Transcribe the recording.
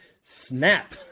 snap